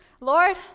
Lord